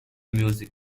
music